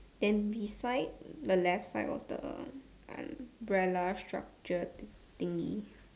then beside the left side of the umbrella structured thingy